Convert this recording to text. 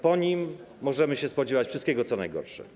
Po nim możemy się spodziewać wszystkiego, co najgorsze.